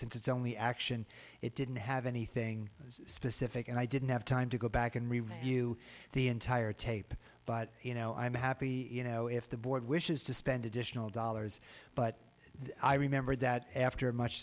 since it's only action it didn't have anything specific and i didn't have time to go back and review the entire tape but you know i'm happy you know if the board wishes to spend additional dollars but i remembered that after much